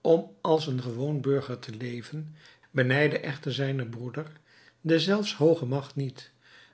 om als een gewoon burger te leven benijdde echter zijnen broeder deszelfs hooge magt niet